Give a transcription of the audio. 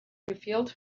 refilled